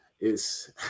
it's-